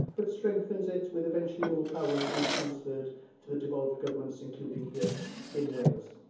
but strengthens it with eventually more powers being transferred to the devolved governments, including here in wales.